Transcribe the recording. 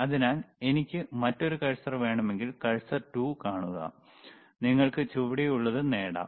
അതിനാൽ എനിക്ക് മറ്റൊരു കഴ്സർ വേണമെങ്കിൽ കഴ്സർ 2 കാണുക നിങ്ങൾക്ക് ചുവടെയുള്ളത് നേടാം